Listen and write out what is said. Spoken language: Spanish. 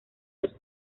los